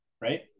Right